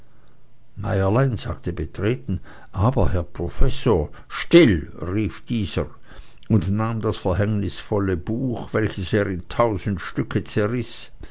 meierlein sagte betreten aber herr professor still rief dieser und nahm das verhängnisvolle buch welches er in tausend stücke